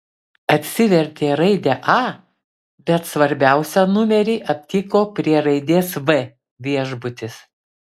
atsivertė raidę a bet svarbiausią numerį aptiko prie raidės v viešbutis